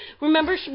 remember